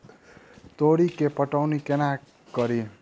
तोरी केँ पटौनी कोना कड़ी?